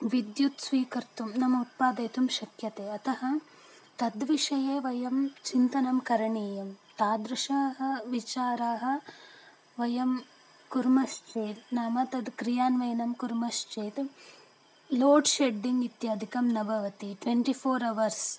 विद्युत् स्वीकर्तुं नाम उत्पादयितुं शक्यते अतः तद्विषये वयं चिन्तनं करणीयं तादृशाः विचाराः वयं कुर्मश्चेत् नाम तद् क्रियान्वयनं कुर्मश्चेत् लोड् शेड्डिङ्ग् इत्यादिकं न भवति ट्वेण्टि फ़ोर् अवर्स्